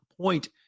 point